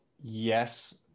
yes